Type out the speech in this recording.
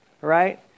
Right